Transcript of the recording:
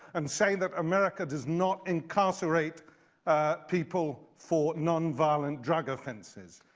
and say that america does not incarcerate people for nonviolent drug offenses.